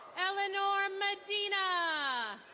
eleanor medina.